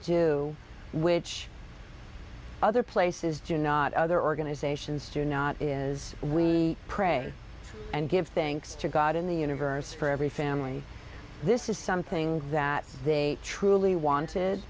do which other places do not other organizations do not is we pray and give thanks to god in the universe for every family this is something that they truly wanted